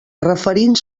referint